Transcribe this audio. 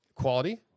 quality